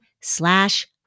slash